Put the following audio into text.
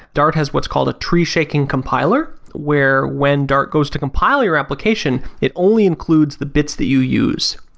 dart has what's called a tree shaking compiler where when dark goes to compile your application, it only includes the bits that you use.